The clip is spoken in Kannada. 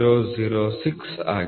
006 ಆಗಿದೆ